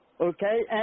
Okay